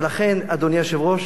ולכן, אדוני היושב-ראש,